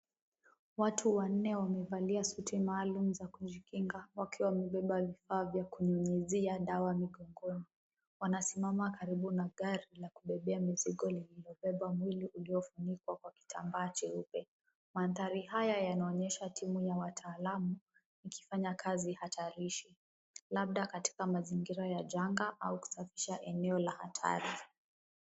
Watu wanne wamevalia suti maalum za kujikinga wakiwa wamebeba vifaa vya kunyunyizia dawa migogoni. Wanasimama karibu na gari la kubebea mizigo lililobeba mwili uliofunikwa kwa kitamba cheupe. Mandhari haya yanaonyesha timu ya wataalamu wakifanya kazi hatarishi labda katika mazingira ya janga au kusafisha eneo la hatari.